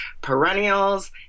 perennials